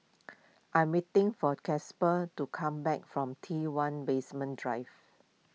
I am waiting for Casper to come back from T one Basement Drive